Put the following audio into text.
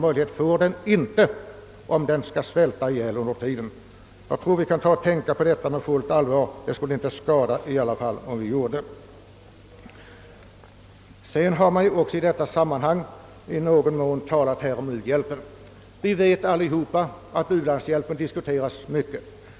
— Vi bör allvarligt tänka på dessa ting. Mycket har också sagts om u-hjälpen. Vi vet allesammans att u-hjälpen diskuteras livligt.